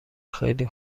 خیلی